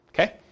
Okay